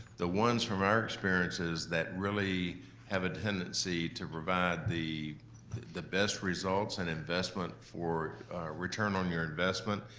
the ones from our experiences that really have a tendency to provide the the best results and investment for a return on your investment,